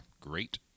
great